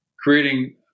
creating